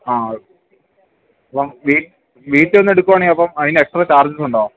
ആ അപ്പം വീ വീട്ടൊന്ന് എടുക്കുവാണെി അപ്പം അയിന് എക്സ്ട്രാ ചാർജസ് ഉണ്ടോ